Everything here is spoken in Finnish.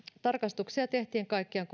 tarkastuksia tehtiin kaikkiaan